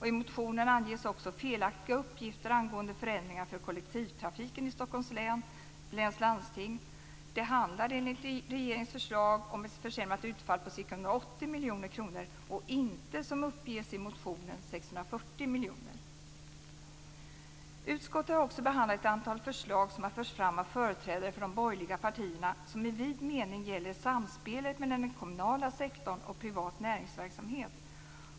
I motionen anges också felaktiga uppgifter angående förändringarna för kollektivtrafiken i Stockholms läns landsting. Det handlar enligt regeringens förslag om ett försämrat utfall på ca 180 miljoner kronor och inte som uppges i motionen 640 miljoner kronor. Utskottet har också behandlat ett antal förslag som har förts fram av företrädare för de borgerliga partierna som i vid mening gäller samspelet mellan den kommunala sektorn och privat näringsverksamhet.